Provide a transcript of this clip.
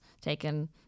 taken